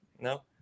No